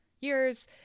years